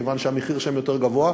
כיוון שהמחיר שם יותר גבוה.